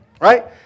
right